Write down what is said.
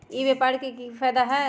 ई व्यापार के की की फायदा है?